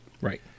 Right